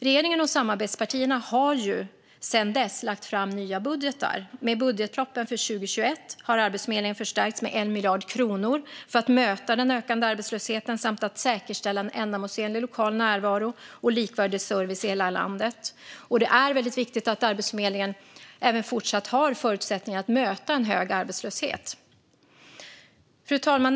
Regeringen och samarbetspartierna har sedan dess lagt fram nya budgetar, och med budgetpropositionen för 2021 har Arbetsförmedlingen förstärkts med 1 miljard kronor för att möta den ökande arbetslösheten samt säkerställa en ändamålsenlig lokal närvaro och likvärdig service i hela landet. Det är väldigt viktigt att Arbetsförmedlingen även fortsatt har förutsättningar att möta en hög arbetslöshet. Fru talman!